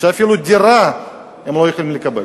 כשאפילו דירה הם לא יכולים לקבל?